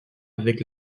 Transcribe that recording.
avec